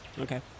okay